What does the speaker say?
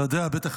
אתה יודע בטח,